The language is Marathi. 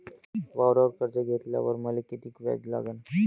वावरावर कर्ज घेतल्यावर मले कितीक व्याज लागन?